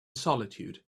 solitude